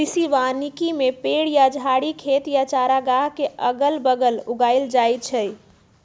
कृषि वानिकी में पेड़ या झाड़ी खेत या चारागाह के अगल बगल उगाएल जाई छई